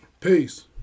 Peace